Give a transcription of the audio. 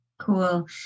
Cool